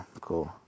cool